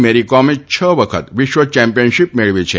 મેરીકોમે છ વખત વિશ્વ ચેમ્પિયનશીપ મેળવી છે